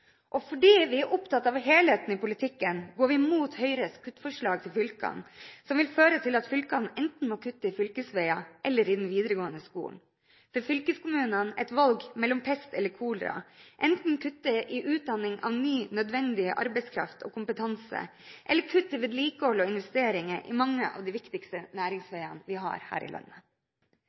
Og fordi vi er opptatt av helheten i politikken, går vi imot Høyres kuttforslag til fylkene, som vil føre til at fylkene enten må kutte i fylkesveier eller i den videregående skolen. For fylkeskommunene er dette et valg mellom pest eller kolera – enten kutte i utdanning av ny, nødvendig arbeidskraft og kompetanse eller kutte i vedlikehold og investeringer til mange av de viktigste næringsveiene vi har her i landet.